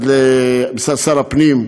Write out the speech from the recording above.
שר הפנים,